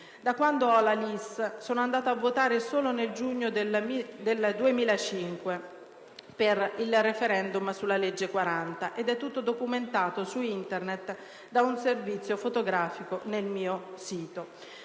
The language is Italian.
Da quando ho la LIS, sono andato a votare solo nel giugno 2005, per il *referendum* sulla legge 40, ed è tutto documentato su Internet da un servizio fotografico nel mio sito: